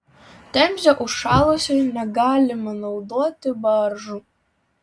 temzė užšalusi negalima naudoti baržų